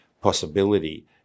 possibility